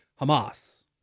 Hamas